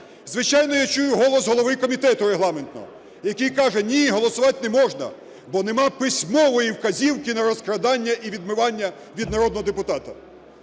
Звичайно, я чую голос голови комітету регламентного, який каже: "Ні, голосувати не можна, бо немає письмової вказівки на розкрадання і відмивання від народного депутата".